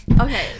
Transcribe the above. okay